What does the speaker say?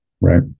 Right